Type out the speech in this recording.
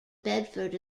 bedford